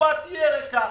הקופה תהיה ריקה.